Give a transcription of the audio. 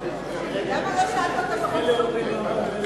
חוק לתיקון פקודת התעבורה (התקנת